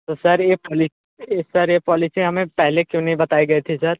तो सर ये सर ये पॉलिसी हमें पहले क्यों नहीं बताई गई थी सर